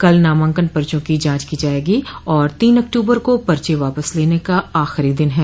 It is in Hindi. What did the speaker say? कल नामांकन पर्चो की जांच की जायेगी और तीन अक्टूबर को पर्चे वापस लेने का आखिरी दिन है